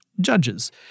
judges